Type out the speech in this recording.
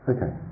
Okay